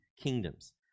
kingdoms